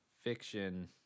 fiction